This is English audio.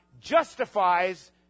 justifies